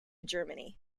germany